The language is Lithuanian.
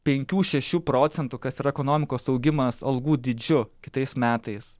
penkių šešių procentų kas yra ekonomikos augimas algų dydžiu kitais metais